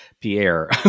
Pierre